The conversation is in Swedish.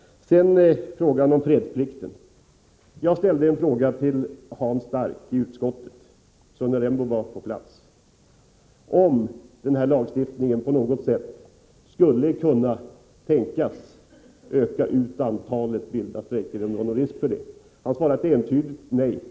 Sedan frågan om fredsplikten. Jag ställde en fråga till Hans Stark i utskottet — Sonja Rembo var på plats — om den här lagstiftningen skulle kunna tänkas på något sätt öka risken för vilda strejker. Han svarade entydigt nej.